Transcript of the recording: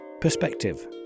Perspective